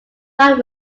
parr